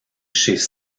chez